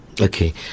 Okay